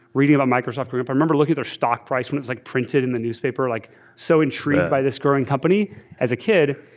reading about microsoft group. i remember looking at their stock price when it's like printed in the newspaper, like so intrigued by this growing company as a kid.